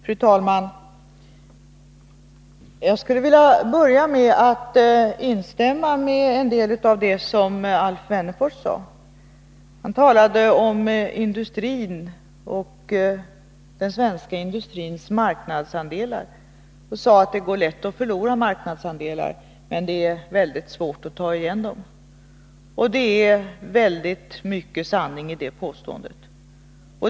Fru talman! Jag vill börja med att instämma i en del av det som Alf Wennerfors sade. Han talade om industrin och den svenska industrins marknadsandelar och sade att det går lätt att förlora marknadsandelar men är väldigt svårt att ta igen dem. Det är mycket sanning i det påståendet.